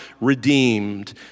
redeemed